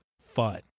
fun